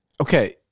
Okay